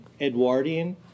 Edwardian